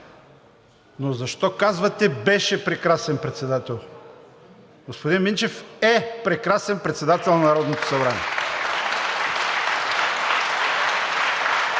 но защо казвате: беше прекрасен председател? Господин Минчев е прекрасен председател на Народното събрание.